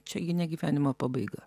čiagi ne gyvenimo pabaiga